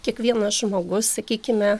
kiekvienas žmogus sakykime